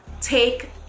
take